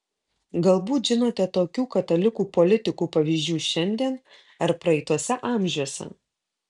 galbūt žinote tokių katalikų politikų pavyzdžių šiandien ar praeituose amžiuose